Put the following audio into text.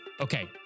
Okay